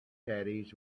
caddies